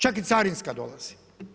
Čak i carinska dolazi.